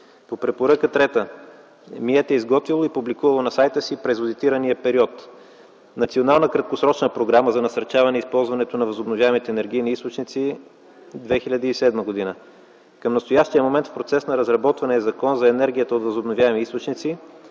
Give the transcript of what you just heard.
и туризма е изготвило и публикува на сайта си през одитирания период Национална краткосрочна програма за насърчаване използването на възобновяемите енергийни източници – 2007 г. Към настоящия момент в процес на разработване е Закон за енергията от възобновяеми източници,